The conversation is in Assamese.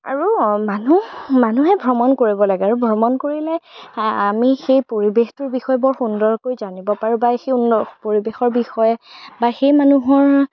আৰু মানুহ মানুহে ভ্ৰমণ কৰিব লাগে আৰু ভ্ৰমণ কৰিলে আমি সেই পৰিৱেশটোৰ বিষয়ে বৰ সুন্দৰকৈ জানিব পাৰোঁ বা সেই সুন্দৰ পৰিৱেশৰ বিষয়ে বা সেই মানুহৰ